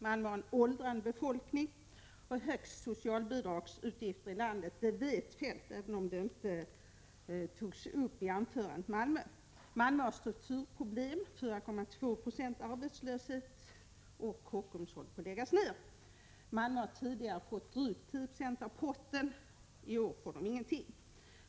Malmö har en åldrande befolkning och de högsta socialbidragsutgifterna i landet. Det vet Feldt, även om det inte togs upp i anförandet. Malmö har strukturproblem. Arbetslösheten är 4,2 96, och Kockums håller på att läggas ned. Malmö har tidigare fått drygt 10 70 av potten. I år får man ingenting.